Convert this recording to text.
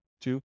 Two